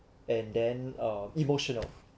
and then uh emotional